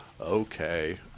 Okay